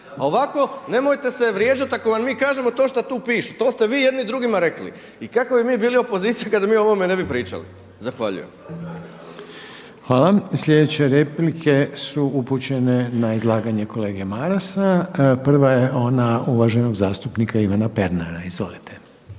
ovako nemojte se vrijeđati ako vam mi kažemo to šta tu piše, to ste vi jedni drugima rekli. I kakva bi mi bili opozicija kada mi o ovome ne bi pričali? Zahvaljujem. **Reiner, Željko (HDZ)** Hvala. Sljedeće replike su upućene na izlaganje kolege Marasa. Prva je ona uvaženog zastupnika Ivana Pernara. Izvolite.